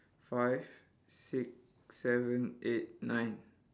five six seven eight nine